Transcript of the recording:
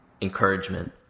encouragement